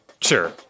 Sure